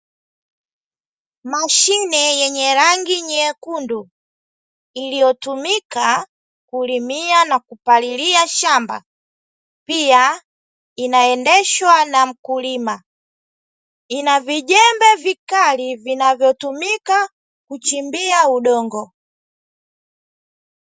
Mashine yenye rangi nyekundu iliyotumika kulimia na kupalilia shamba, pia inaendeshwa na mkulima. Ina vijembe vikali vinavyotumika kuchimbia udongo.